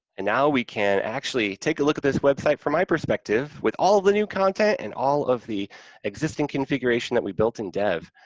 and now we can actually take a look at this website from my perspective with all the new content and all of the existing configuration that we built in dev.